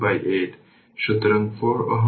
সেক্ষেত্রে কী হবে